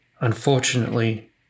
Unfortunately